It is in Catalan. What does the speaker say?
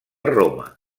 roma